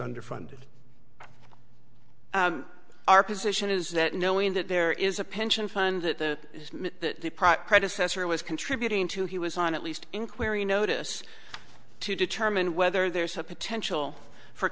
underfunded our position is that knowing that there is a pension fund that the predecessor was contributing to he was on at least inquiry notice to determine whether there's a potential for